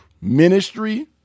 ministry